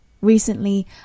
Recently